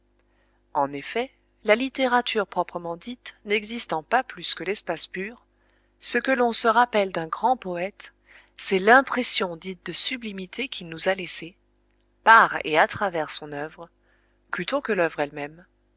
en effet la littérature proprement dite n'existant pas plus que l'espace pur ce que l'on se rappelle d'un grand poète c'est l'impression dite de sublimité qu'il nous a laissée par et à travers son œuvre plutôt que l'œuvre elle-même